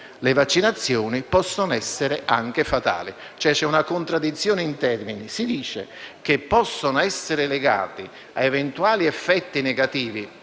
le vaccinazioni possono essere anche fatali. C'è una contraddizione in termini: si dice che possono essere legati a eventuali effetti negativi,